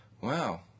wow